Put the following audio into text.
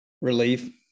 Relief